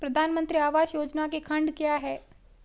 प्रधानमंत्री आवास योजना के खंड क्या हैं?